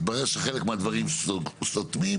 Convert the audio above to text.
התברר שחלק מהדברים סותמים,